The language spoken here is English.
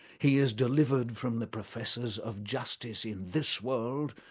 he is delivered from the professors of justice in this world,